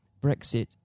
Brexit